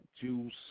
Juice